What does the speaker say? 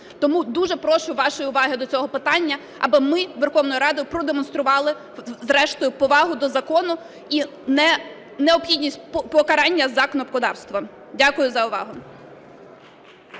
Тому дуже прошу вашої уваги до цього питання, аби ми Верховною Радою продемонстрували зрештою повагу до закону і необхідність покарання за кнопкодавство. Дякую за увагу.